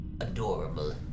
Adorable